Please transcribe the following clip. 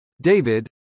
David